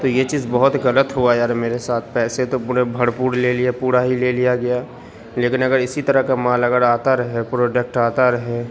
تو یہ چیز بہت غلط ہوا یار میرے ساتھ پیسے تو پورے بھر پور لے لیے پورا ہی لے لیا گیا لیكن اگر اسی طرح كا مال اگر آتا رہے پروڈکٹ آتا رہے